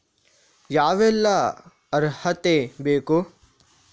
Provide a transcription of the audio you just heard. ಯಾವೆಲ್ಲ ಅರ್ಹತೆ ಬೇಕು?